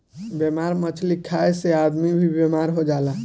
बेमार मछली खाए से आदमी भी बेमार हो जाला